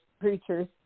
preachers